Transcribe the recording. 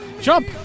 Jump